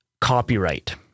copyright